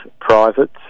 private